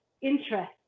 interest